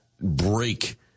break